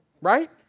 Right